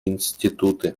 институты